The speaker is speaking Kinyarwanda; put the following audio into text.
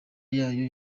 yayo